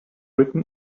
written